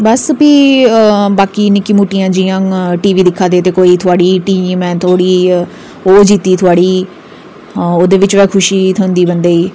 बस बाकी निक्की मुट्टी जि'यां टीवी दिक्खा दे कोई थुहाड़े टीम ओह् जीती थुहाड़ी ओह्दे बिच गै खुशी थ्होंदी बंदे ई